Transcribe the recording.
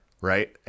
Right